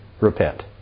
repent